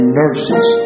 nurses